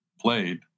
played